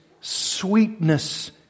sweetness